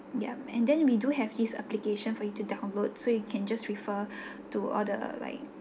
yup and then we do have this application for you to download so you can just refer to all the like